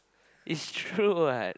it's true [what]